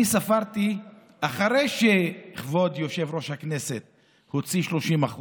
אני ספרתי, אחרי שכבוד יושב-ראש הכנסת הוציא 30%,